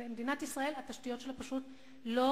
התשתיות של מדינת ישראל פשוט לא